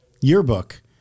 yearbook